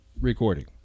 recording